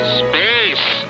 space